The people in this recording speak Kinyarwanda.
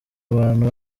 abantu